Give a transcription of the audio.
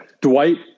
Dwight